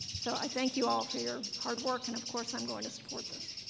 so i thank you all for your hard work. and of course, i'm going to support this